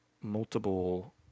multiple